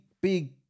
big